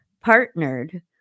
partnered